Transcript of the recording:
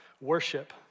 worship